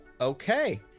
okay